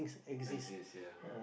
exist sia